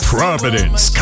Providence